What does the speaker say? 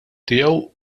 tiegħu